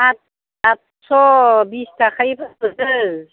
आत आतस' बिसथाखायै फानहरदो